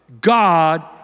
God